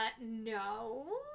no